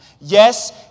Yes